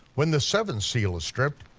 when the seventh seal is stripped,